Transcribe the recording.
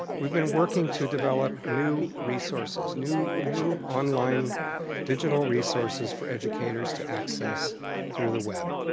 we've been working to develop new resources, new new online digital resources, for educators to access through the web.